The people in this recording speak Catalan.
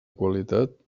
qualitat